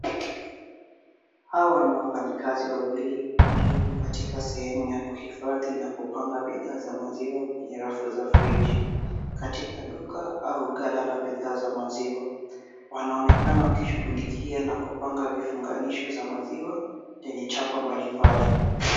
Hawa ni wafanyikazi wawili walioko katika sehemu ya kuhifadhi na kupanga bidhaa za maziwa kwenye rafu za friji katika duka au ghala la bidhaa la maziwa wanaonekana wakishughulikia na kupanga vifunganisho za maziwa zenye chapa mbali mbali.